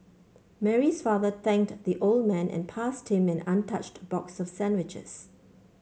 Mary's father thanked the old man and passed him an untouched box of sandwiches